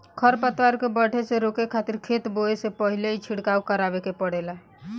खर पतवार के बढ़े से रोके खातिर खेत बोए से पहिल ही छिड़काव करावे के पड़ेला